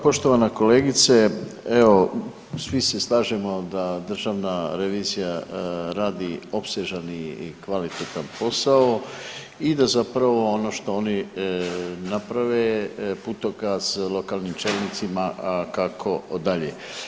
Poštovana kolegice evo svi se slažemo da državna revizija radi opsežan i kvalitetan posao i da zapravo ono što oni naprave je putokaz lokalnim čelnicima kako dalje.